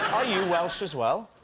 are you welsh as well?